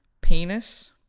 penis